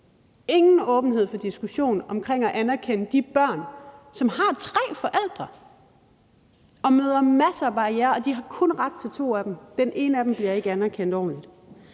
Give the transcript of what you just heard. ingen åbenhed over for en diskussion omkring det at anerkende de børn, som har tre forældre, og som møder masser af barrierer og kun har ret til to af dem. Den ene af dem bliver ikke anerkendt ordentligt.